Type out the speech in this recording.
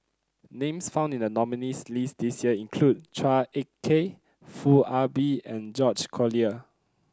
names found in the nominees' list this year include Chua Ek Kay Foo Ah Bee and George Collyer